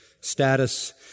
status